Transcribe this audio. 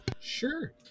Sure